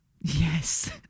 Yes